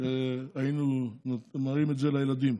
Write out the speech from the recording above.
שהיינו מראים את זה לילדים.